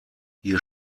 hier